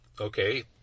okay